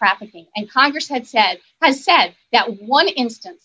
trafficking and congress had said i said that one instance